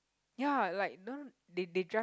ya like the one they they drive